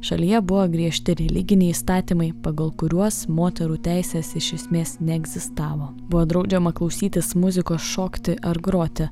šalyje buvo griežti religiniai įstatymai pagal kuriuos moterų teisės iš esmės neegzistavo buvo draudžiama klausytis muzikos šokti ar groti